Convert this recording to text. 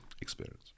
Experience